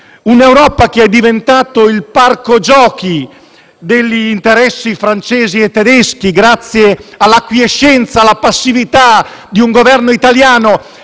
un'Europa diventata il parco giochi degli interessi francesi e tedeschi grazie all'acquiescenza e alla passività di un Governo italiano